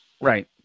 Right